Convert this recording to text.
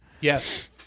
Yes